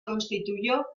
constituyó